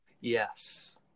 Yes